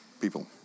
people